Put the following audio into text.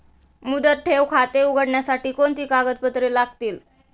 मुदत ठेव खाते उघडण्यासाठी कोणती कागदपत्रे लागतील?